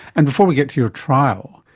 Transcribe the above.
and before we get to your trial,